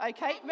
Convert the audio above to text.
Okay